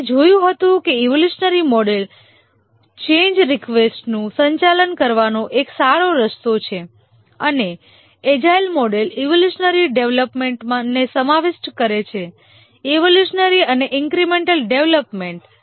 આપણે જોયું હતું કે ઇવોલ્યુશનરી મોડેલ ચેન્જ રિકવેસ્ટનું સંચાલન કરવાનો એક સારો રસ્તો છે અને એજાઇલ મોડેલો ઈવોલ્યુશનરી ડેવલપમેન્ટને સમાવિષ્ટ કરે છે ઇવોલ્યુશનરી અને ઈન્ક્રિમેન્ટલ ડેવલપમેન્ટ